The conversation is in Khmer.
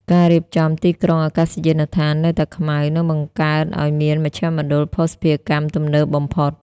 ការរៀបចំ "ទីក្រុងអាកាសយានដ្ឋាន" នៅតាខ្មៅ នឹងបង្កើតឱ្យមានមជ្ឈមណ្ឌលភស្តុភារកម្មទំនើបបំផុត។